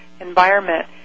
environment